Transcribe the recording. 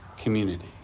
community